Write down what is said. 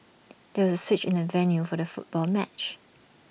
there was A switch in the venue for the football match